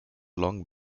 long